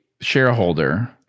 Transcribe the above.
shareholder